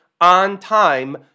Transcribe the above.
on-time